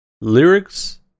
lyrics